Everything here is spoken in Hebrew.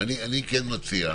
אני כן מציע,